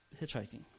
hitchhiking